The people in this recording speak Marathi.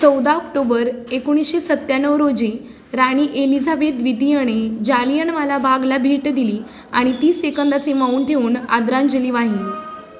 चौदा ऑक्टोबर एकोणीसशे सत्त्याण्णव रोजी राणी एलिझाबेथ द्वितीयने जालियनवाला बागेला भेट दिली आणि तीस सेकंदाचे मौन ठेवून आदरांजली वाहिली